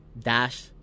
dash